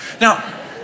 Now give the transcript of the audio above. Now